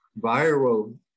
viral